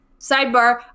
sidebar